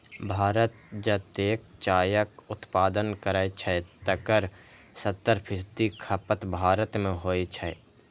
भारत जतेक चायक उत्पादन करै छै, तकर सत्तर फीसदी खपत भारते मे होइ छै